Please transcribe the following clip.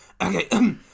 Okay